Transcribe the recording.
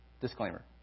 Disclaimer